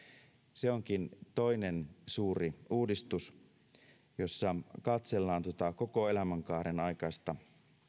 se onkin toinen suuri uudistus jossa katsellaan tuota koko elämänkaaren aikaista